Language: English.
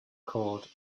cord